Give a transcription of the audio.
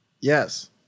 yes